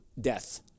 death